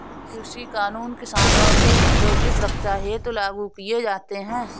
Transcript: कृषि कानून किसानों के हितों की सुरक्षा हेतु लागू किए जाते हैं